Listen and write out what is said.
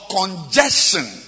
congestion